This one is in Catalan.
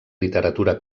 literatura